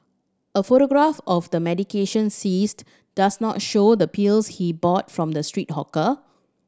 a photograph of the medication seized does not show the pills he bought from the street hawker